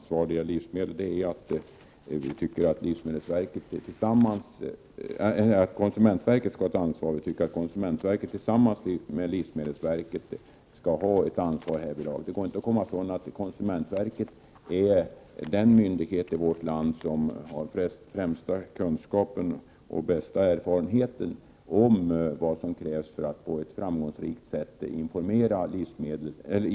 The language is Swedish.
Skälet till att vi tycker att konsumentverket tillsammans med livsmedelsverket skall ha ett ansvar för informationen om livsmedel är att det inte går att komma ifrån att konsumentverket är den myndighet i vårt land som har den främsta kunskapen om och bästa erfarenheten av vad som krävs för att på ett framgångsrikt sätt informera konsumenterna om olika varor.